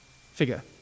figure